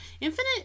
Infinite